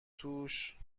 توش